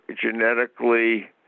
genetically